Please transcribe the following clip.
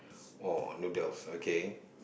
or noodles okay